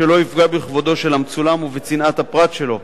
שלא יפגע בכבודו של המצולם ובצנעת הפרט שלו.